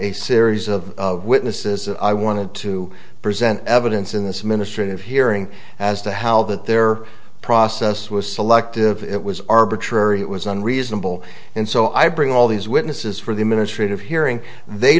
a series of witnesses i wanted to present evidence in this ministry of hearing as to how that their process was selective it was arbitrary it was unreasonable and so i bring all these witnesses for the administrative hearing they